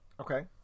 Okay